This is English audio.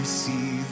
see